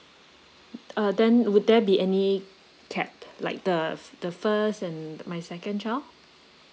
uh then would there be any cap like the the first and my second child